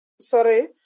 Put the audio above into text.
sorry